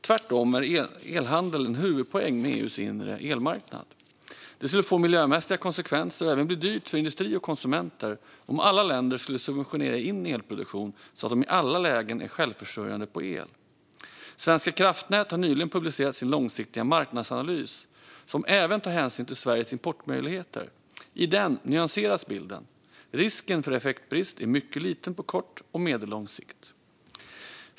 Tvärtom är elhandel en huvudpoäng med EU:s inre elmarknad. Det skulle få miljömässiga konsekvenser och även bli dyrt för industri och konsumenter om alla länder skulle subventionera in elproduktion så att de i alla lägen är självförsörjande på el. Svenska kraftnät har nyligen publicerat sin långsiktiga marknadsanalys, som även tar hänsyn till Sveriges importmöjligheter. I den nyanseras bilden - risken för effektbrist är mycket liten på kort och medellång sikt.